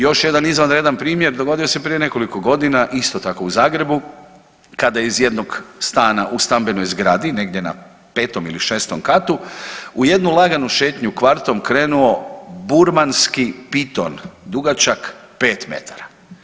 Još jedan izvanredan primjer dogodio se prije nekoliko godina isto tako u Zagrebu, kada je iz jednog stana u stambenoj zgradi negdje na 5 ili 6 katu u jednu laganu šetnju kvartom krenuo burmanski piton dugačak 5 metara.